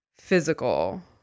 physical